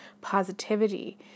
positivity